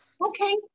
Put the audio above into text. Okay